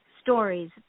stories